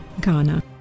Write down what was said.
Ghana